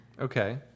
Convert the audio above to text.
Okay